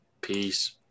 Peace